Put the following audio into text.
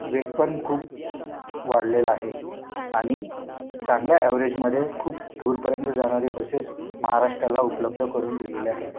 वेग पण खूप वाढलेला आहे आणि चांगल्या ॲव्हरेजमधे खूप दूरपर्यंत जाणारी बसेस महाराष्ट्राला उपलब्ध करून दिलेलं आहे